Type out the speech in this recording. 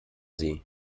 sie